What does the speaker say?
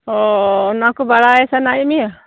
ᱚᱻ ᱚᱱᱟᱠᱚ ᱵᱟᱲᱟᱭ ᱥᱟᱱᱟᱭᱮᱫ ᱢᱮᱭᱟ